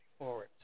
forward